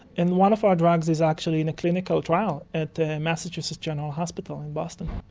and one of our drugs is actually in a clinical trial at the massachusetts general hospital in boston.